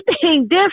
different